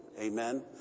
Amen